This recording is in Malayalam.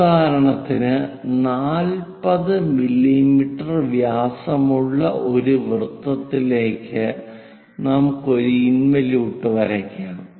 ഉദാഹരണത്തിന് 40 മില്ലീമീറ്റർ വ്യാസമുള്ള ഒരു വൃത്തത്തിലേക്കു നമുക്ക് ഒരു ഇൻവലിയൂട്ട് വരയ്ക്കാം